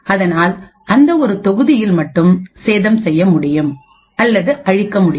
அதனால் அந்த ஒரு தொகுதியில் மட்டும் சேதம் செய்ய முடியும் அல்லது அழிக்க முடியும்